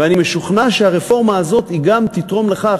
ואני משוכנע שהרפורמה הזאת גם תתרום לכך,